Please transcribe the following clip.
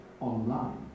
online